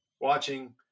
watching